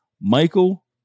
Michael